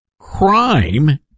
crime